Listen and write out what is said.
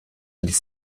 ils